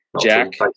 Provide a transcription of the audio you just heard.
jack